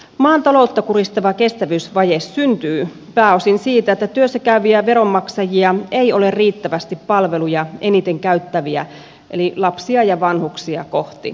maan taloutta kuristava kestävyysvaje syntyy pääosin siitä että työssä käyviä veronmaksajia ei ole riittävästi palveluja eniten käyttäviä eli lapsia ja vanhuksia kohti